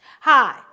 Hi